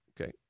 Okay